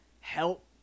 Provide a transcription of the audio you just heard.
help